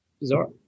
bizarre